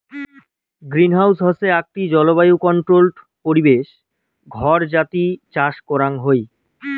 greenhouse হসে আকটি জলবায়ু কন্ট্রোল্ড পরিবেশ ঘর যাতি চাষ করাং হই